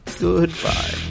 Goodbye